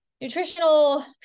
Nutritional